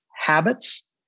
habits